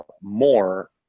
more